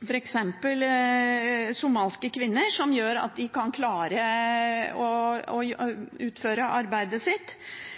f.eks. somaliske kvinner som gjør at de kan klare å utføre arbeidet sitt.